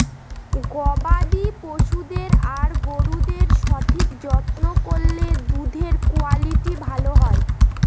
গবাদি পশুদের আর গরুদের সঠিক যত্ন করলে দুধের কুয়ালিটি ভালো হয়